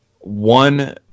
one